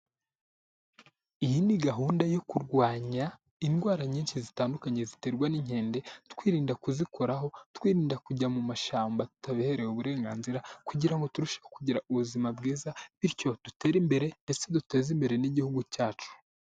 Iyi ni gahunda yo kurwanya indwara nyinshi zitandukanye ziterwa n'inkende, twirinda kuzikoraho, twirinda kujya mu mashyamba tutabiherewe uburenganzira kugira ngo turusheho kugira ubuzima bwiza, bityo dutere imbere ndetse duteze imbere n'igihugu cyacu.